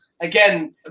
again